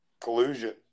Collusion